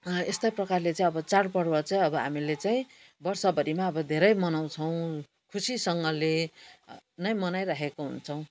यस्तै प्रकारले चाहिँ अब चाडपर्व चाहिँ अब हामीले चाहिँ वर्षभरिमा अब धेरै मनाउँछौँ खुसीसँगले नै मनाइराखेको हुन्छौँ